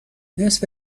نصف